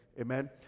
Amen